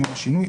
מיום השינוי,